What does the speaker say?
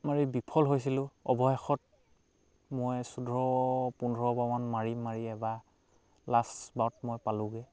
মাৰি বিফল হৈছিলোঁ অৱশেষত মই চৈধ্য পোন্ধৰবাৰ মান মাৰি মাৰি এবাৰ লাষ্ট বাৰত মই পালোঁগৈ